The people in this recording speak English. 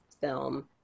film